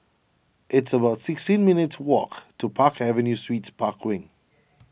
it's about sixteen minutes' walk to Park Avenue Suites Park Wing